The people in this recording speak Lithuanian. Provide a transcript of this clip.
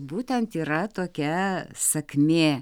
būtent yra tokia sakmė